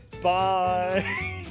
bye